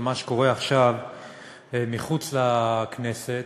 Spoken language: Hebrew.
על מה שקורה עכשיו מחוץ לכנסת,